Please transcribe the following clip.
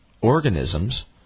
organisms